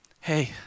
Hey